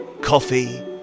Coffee